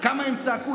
כמה הם צעקו.